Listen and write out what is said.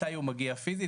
מתי הוא מגיע פיזית,